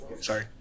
Sorry